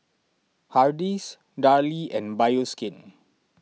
Hardy's Darlie and Bioskin